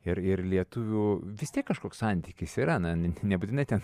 ir ir lietuvių vis tiek kažkoks santykis yra na nebūtinai ten